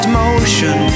motion